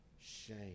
shame